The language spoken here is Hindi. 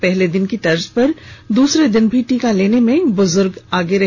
पहले दिन की तर्ज पर दूसरे दिन भी टीका लेने में बुजूर्ग सबसे आगे रहे